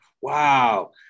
Wow